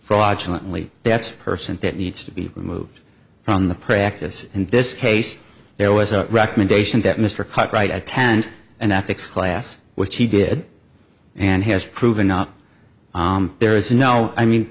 fraudulent only that's person that needs to be removed from the practice in this case there was a recommendation that mr cartwright attend an ethics class which he did and he has proven not there is no i mean